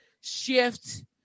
shift